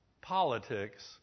politics